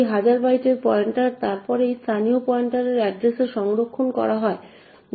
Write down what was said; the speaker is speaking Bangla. এই হাজার বাইটের পয়েন্টার তারপর এই স্থানীয় পয়েন্টার এড্ড্রেসে সংরক্ষণ করা হয়